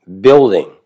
Building